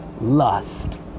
lust